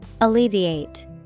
Alleviate